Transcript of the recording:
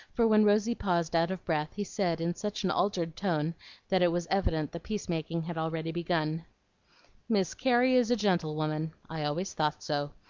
for when rosy paused out of breath, he said in such an altered tone that it was evident the peacemaking had already begun miss carey is a gentlewoman! i always thought so.